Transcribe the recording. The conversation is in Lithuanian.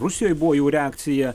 rusijoj buvo jų reakcija